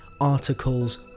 articles